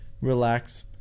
relax